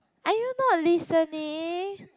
are you not listening